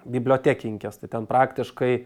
bibliotekininkės tai ten praktiškai